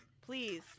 please